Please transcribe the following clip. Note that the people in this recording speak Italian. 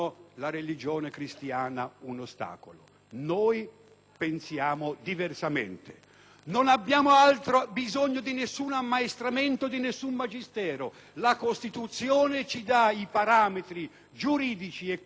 non abbiamo bisogno di nessun ammaestramento, di nessun magistero: la Costituzione ci dà i parametri giuridici e culturali sufficienti per prendere le nostre decisioni. Chi volesse decidere diversamente